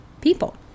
people